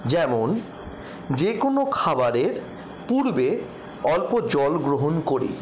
যেমন যে কোনও খাবারের পূর্বে অল্প জলগ্রহণ করি